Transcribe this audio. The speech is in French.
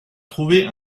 trouver